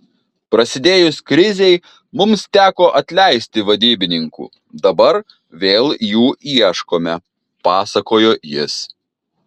prasidėjus krizei mums teko atleisti vadybininkų dabar vėl jų ieškome pasakojo jis